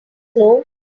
floor